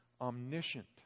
Omniscient